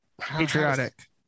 patriotic